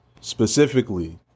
specifically